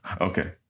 Okay